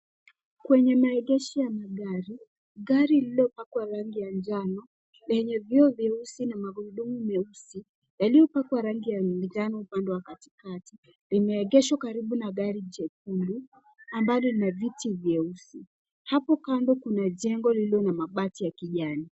Kwenye maegesho ya magari, gari lililopakwa rangi ya manjano yenye vioo vyeusi na magurudumu meusi yaliyopakwa rangi ya samawati upande wa katikati. Limeegeshwa karibu na gari jekundu ambalo lina viti vyeusi. Hapo kando kuna jengo lililo na mabati ya rangi ya kijani.